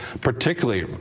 particularly